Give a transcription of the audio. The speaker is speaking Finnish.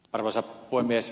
arvoisa puhemies